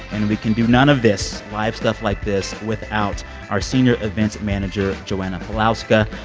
and we can do none of this live stuff like this without our senior events manager joanna pawlowska.